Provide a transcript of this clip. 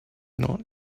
not